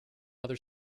other